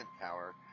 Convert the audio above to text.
power